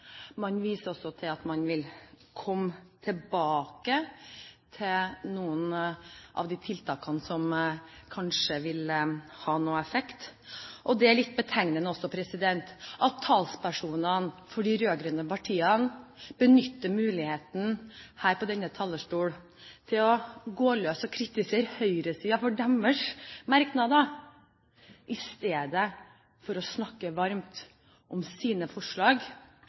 Man viser også til at man vil komme tilbake til noen av de tiltakene som kanskje vil ha en effekt. Og det er også litt betegnende at talspersonene for de rød-grønne partiene benytter muligheten her fra denne talerstol til å gå på løs på og kritisere høyresiden for deres merknader, i stedet for å snakke varmt om sine forslag